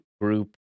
Group